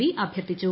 B അഭ്യർത്ഥിച്ചു